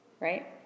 Right